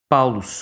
Paulo